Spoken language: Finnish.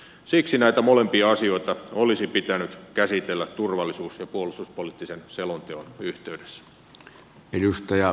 siksi näitä molempia asioita olisi pitänyt käsitellä turvallisuus ja puolustuspoliittisen selonteon yhteydessä